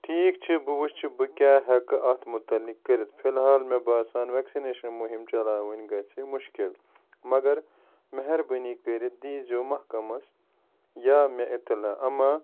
ٹھیٖک چھ بہٕ وچھٕ بہٕ کیٚاہ ہیٚکہٕ اتھ متعلق کٔرِتھ فلحال مےٚ باسان ویکسنیشن مُہم چلاوٕنۍ گژھِ مُشکل مگر مہربٲنی کٔرتھ دیزیو محکمس یا مےٚ اطلاع اما